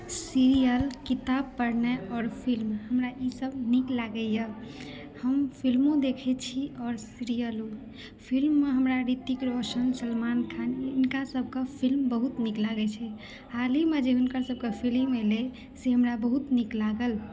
serial किताब पढनाइ आओर फिल्म हमरा ई सब नीक लागैया हम फिल्मो देखै छी आओर सीरियलो फिल्म मे हमरा हृतिक रोशन सलमान खान हिनका सब के फिल्म बहुत नीक लागै छै हालहिमे जे हुनकर सब के फिल्म एलै से हमरा बहुत नीक लागल